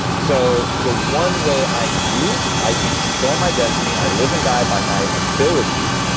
so the one way i knew i can control my destiny, i live and die by my abilities,